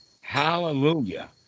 Hallelujah